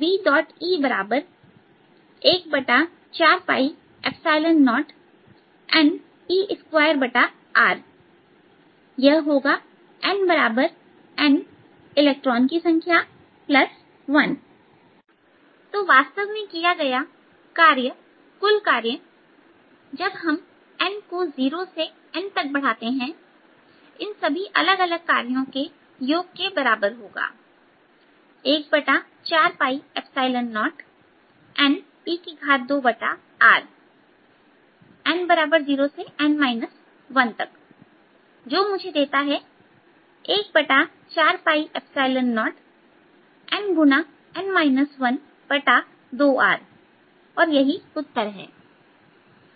Ve140ne2R यह होगा nn electron की संख्या 1 तो वास्तव में किया गया कार्य कुल कार्य जब हम n को 0 से N तक बढ़ाते हैं इन सभी अलग अलग कार्यों के योग के बराबर होगा 140ne2Rn0 से N 1 जो मुझे देता है 140N2R और यही उत्तर है